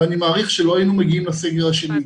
שלא היינו מגיעים לסגר השני.